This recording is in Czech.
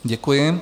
Děkuji.